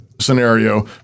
scenario